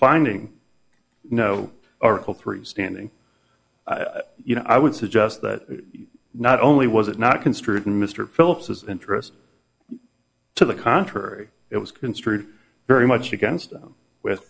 finding no article three standing you know i would suggest that not only was it not construed in mr phillips's interest to the contrary it was construed very much against them with